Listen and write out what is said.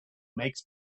makes